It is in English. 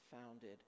founded